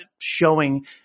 showing